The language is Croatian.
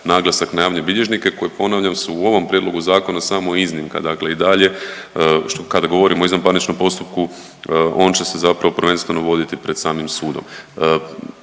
naglasak na javne bilježnike koji, ponavljam, su u ovom Prijedlogu zakona samo iznimka. Dakle i dalje što, kada govorimo o izvanparničnom postupku, on će se zapravo prvenstveno voditi pred samim sudom.